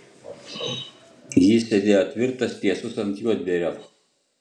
jis sėdėjo tvirtas tiesus ant juodbėrio